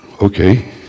Okay